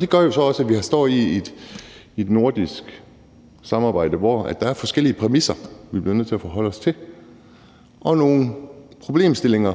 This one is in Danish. Det gør jo så også, at vi står i et nordisk samarbejde, hvor der er forskellige præmisser, vi bliver nødt til at forholde os til, og nogle problemstillinger,